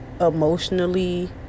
emotionally